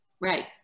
Right